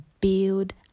build